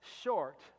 short